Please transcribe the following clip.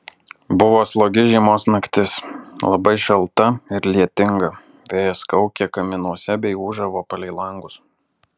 buvo slogi žiemos naktis labai šalta ir lietinga vėjas kaukė kaminuose bei ūžavo palei langus